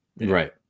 Right